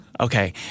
Okay